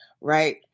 Right